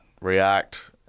react